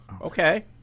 Okay